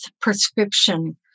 prescription